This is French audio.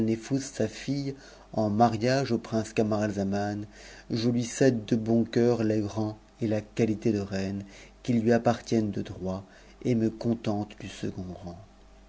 sa fille en mariage au prince camaratzan j lui cède de bon cœur le rang et la qualité de reine qui lui appartion droite et me contente du second rang